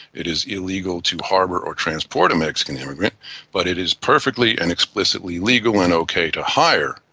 it is illegal to harbour or transport a mexican immigrant but it is perfectly and explicitly legal and okay to hire,